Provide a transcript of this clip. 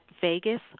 Vegas